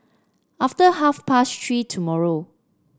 after half past Three tomorrow